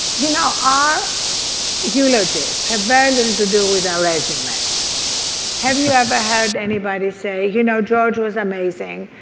you know our eulogies have very little to do with our resumes have you ever heard anybody say, you know george was amazing.